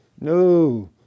No